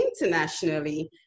internationally